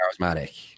charismatic